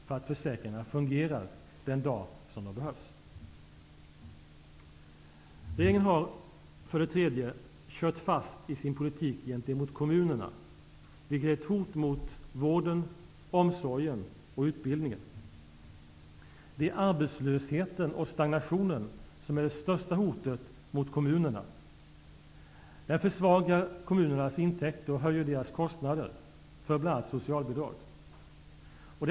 Hur kan ni vara nöjda med detta? Det borgerliga alternativet innebär att Sverige nu kommer att göra om det misstag som många europeiska länder gjorde under 80-talet, nämligen att fastna i en hög och bestående långtidsarbetslöshet, en hårdhänt utslagning från arbetslivet och ett omfattande bidragsberoende.